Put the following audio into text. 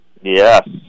Yes